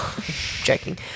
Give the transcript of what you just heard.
joking